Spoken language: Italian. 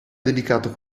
dedicato